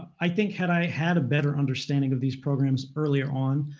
i think had i had a better understanding of these programs earlier on,